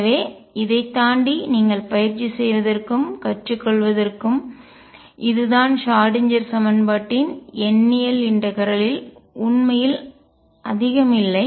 எனவே இதைத் தாண்டி நீங்கள் பயிற்சி செய்வதற்கும் கற்றுக்கொள்வதற்கும் இதுதான் ஷ்ராடின்ஜெர் சமன்பாட்டின் எண்ணியல் இன்டகரல்ஒருங்கிணைக்க ல் உண்மையில் அதிகம் இல்லை